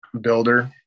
builder